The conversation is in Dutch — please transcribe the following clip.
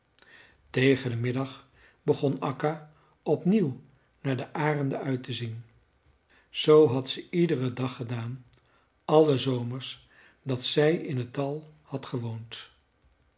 tegen den middag begon akka opnieuw naar de arenden uit te zien zoo had ze iederen dag gedaan alle zomers dat zij in het dal had gewoond